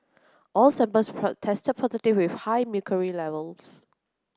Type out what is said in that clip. all samples tested positive with high mercury levels